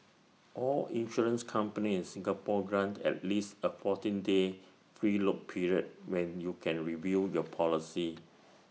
all insurance companies Singapore grant at least A fourteen day free look period where you can review your policy